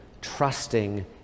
trusting